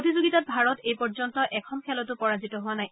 প্ৰতিযোগিতাত ভাৰত এই পৰ্যন্ত এখন খেলতো পৰাজিত হোৱা নাই